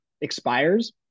expires